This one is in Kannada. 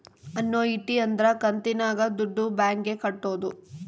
ಅನ್ನೂಯಿಟಿ ಅಂದ್ರ ಕಂತಿನಾಗ ದುಡ್ಡು ಬ್ಯಾಂಕ್ ಗೆ ಕಟ್ಟೋದು